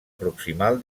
proximal